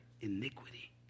iniquity